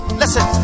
listen